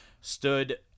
stood